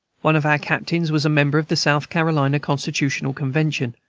one of our captains was a member of the south carolina constitutional convention,